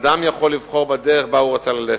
אדם יכול לבחור בדרך שבה הוא רוצה ללכת.